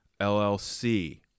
LLC